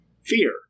Fear